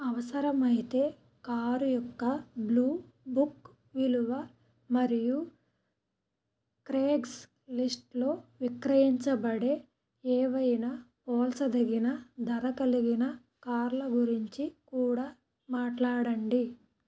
అవసరమైతే కారు యొక్క blue book విలువ మరియు క్రేగ్స్ లిస్ట్లో విక్రయించబడే ఏవైనా పోల్చదగిన ధర కలిగిన కార్ల గురించి కూడా మాట్లాడండి